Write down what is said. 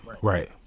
right